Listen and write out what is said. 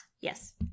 Yes